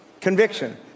conviction